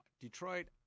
Detroit